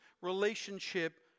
relationship